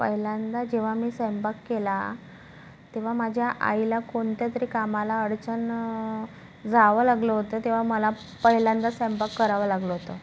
पहिल्यांदा जेव्हा मी स्वैंपाक केला तेव्हा माझ्या आईला कोणत्या तरी कामाला अडचण जावं लागलं होतं तेव्हा मला पहिल्यांदा स्वैंपाक करावा लागलं होतं